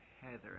Heather